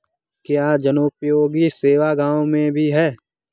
क्या जनोपयोगी सेवा गाँव में भी है?